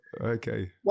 Okay